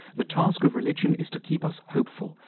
the task of religion is to keep us hopeful,